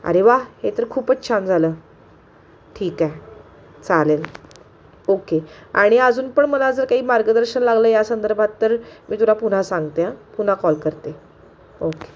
अरे वाह हे तर खूपच छान झालं ठीक आहे चालेल ओके आणि अजून पण मला जर काही मार्गदर्शन लागलं या संदर्भात तर मी तुला पुन्हा सांगते हां पुन्हा कॉल करते ओके